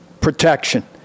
protection